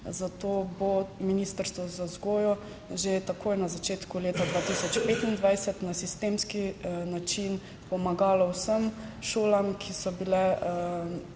zato bo Ministrstvo za vzgojo že takoj na začetku leta 2025 na sistemski način pomagalo vsem šolam, ki so bile